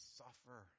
suffer